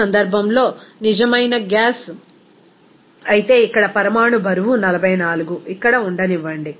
ఈ సందర్భంలో నిజమైన గ్యాస్ అయితే ఇక్కడ పరమాణు బరువు 44 ఇక్కడ ఉండనివ్వండి